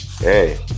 Hey